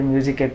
Music